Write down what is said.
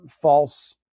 false